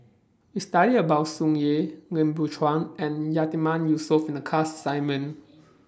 We studied about Tsung Yeh Lim Biow Chuan and Yatiman Yusof in The class assignment